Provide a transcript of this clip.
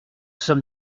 sommes